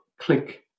click